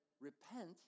repent